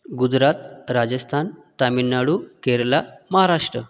Gujarat Rajasthan Tamil Nadu Kerala Maharashtra